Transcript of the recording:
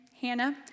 Hannah